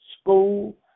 school